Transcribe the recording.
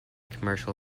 commercial